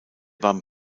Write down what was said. beim